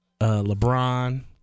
LeBron